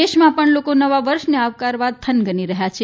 દેશમાં પણ લોકો નવા વર્ષને આવકારવા થનગની રહ્યા છે